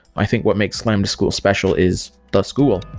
i think what makes lambda school special is the school,